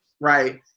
Right